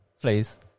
Please